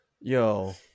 Yo